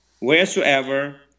wheresoever